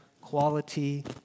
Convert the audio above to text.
quality